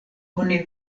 oni